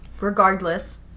regardless